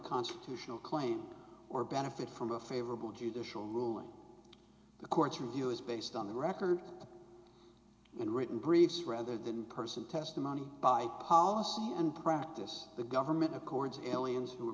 constitutional claim or benefit from a favorable judicial ruling the court's review is based on the record in written briefs rather than person testimony by policy and practice the government records aliens who